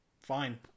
fine